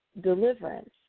deliverance